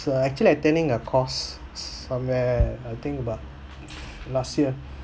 so actual attending a course somewhere I think about last year